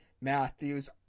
Matthews